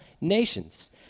nations